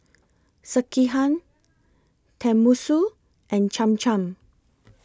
Sekihan Tenmusu and Cham Cham